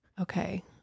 Okay